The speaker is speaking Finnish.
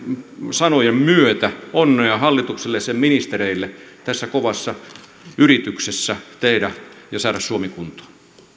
sanojen myötä onnea hallitukselle ja sen ministereille tässä kovassa yrityksessä tehdä ja saada suomi kuntoon